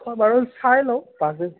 বাৰু চাই লওঁ পাৰিলে